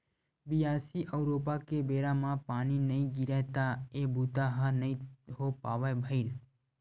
बियासी अउ रोपा के बेरा म पानी नइ गिरय त ए बूता ह नइ हो पावय भइर